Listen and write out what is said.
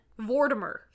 Vortimer